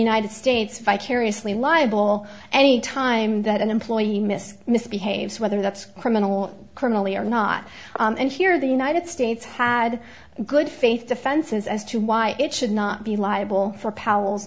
united states vicariously liable any time that an employee miss misbehaves whether that's criminal criminally or not and here the united states had good faith defenses as to why it should not be liable for p